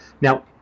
Now